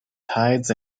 tides